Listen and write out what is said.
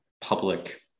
public